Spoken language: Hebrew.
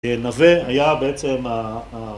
נווה היה בעצם